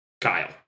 Kyle